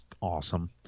awesome